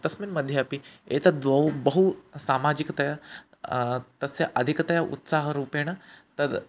तस्मिन् मध्ये अपि एतद्वौ बहु सामाजिकतया तस्य अधिकतया उत्साहरूपेण तद्